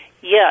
Yes